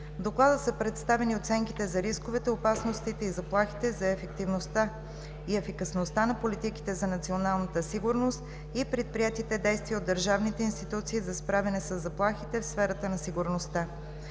доклада са представени оценките за рисковете, опасностите и заплахите, за ефективността и ефикасността на политиките за националната сигурност и предприетите действия от държавните институции за справяне със заплахите в сферата на сигурността.